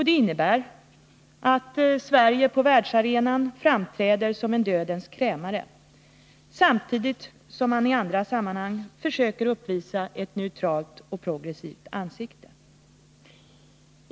Det innebär att Sverige på världsarenan framträder som dödens krämare samtidigt som man i andra sammanhang försöker uppvisa ett neutralt och progressivt ansikte.